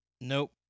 Nope